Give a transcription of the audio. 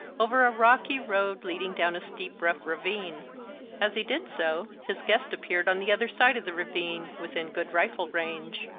over a rocky road leading down a steep, rough ravine as he did so, his guest appeared on the other side of the ravine, within good rifle range.